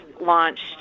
launched